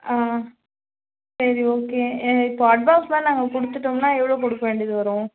ஆ சரி ஓகே இப்போ அட்வான்ஸுலாம் நாங்கள் கொடுத்துட்டோம்னா எவ்வளோ கொடுக்க வேண்டியது வரும்